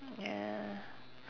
ya